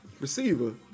receiver